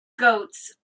goats